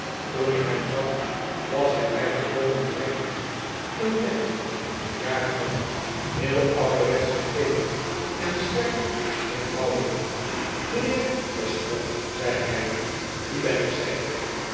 toen ik hem zag was hij mij volkomen vreemd een deftig bejaard man heel ouderwetsch gekleed en stijf in zijn houding mijnheer westlock zei hij die ben ik zei ik